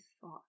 thought